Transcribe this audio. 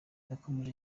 yakomeje